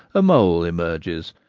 a mole emerges,